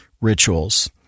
rituals